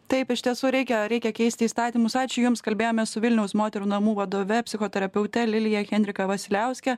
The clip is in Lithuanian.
taip iš tiesų reikia reikia keisti įstatymus ačiū jums kalbėjome su vilniaus moterų namų vadove psichoterapeute lilija henrika vasiliauske